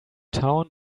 town